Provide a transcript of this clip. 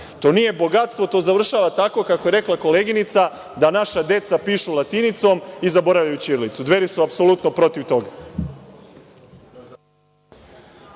To nije bogatstvo, to završava tako kako je rekla koleginica da naša deca pišu latinicom i zaboravljaju ćirilicu. Dveri su apsolutno protiv toga.